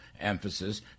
emphasis